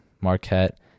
Marquette